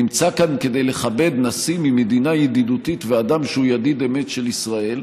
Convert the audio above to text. נמצא כאן כדי לכבד נשיא ממדינה ידידותית ואדם שהוא ידיד אמת של ישראל.